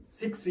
six